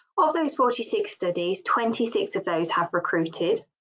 of those forty six studies twenty six of those have recruited